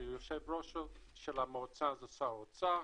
שיושב ראש המועצה זה שר האוצר,